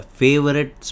favorite